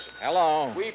Hello